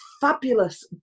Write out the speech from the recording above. fabulous